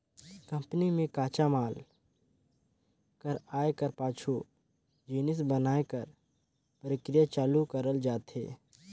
company में कच्चा माल कर आए कर पाछू जिनिस बनाए कर परकिरिया चालू करल जाथे